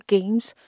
Games